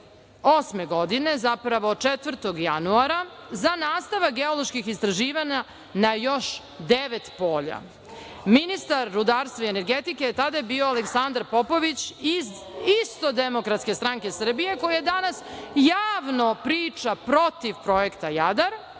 2008. godine, zapravo 4. januara za nastavak geoloških istraživanja na još devet polja. Ministar rudarstva i energetike je tada bio Aleksandar Popović iz isto DSS koja danas javno priča protiv projekta „Jadar“